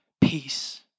peace